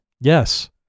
Yes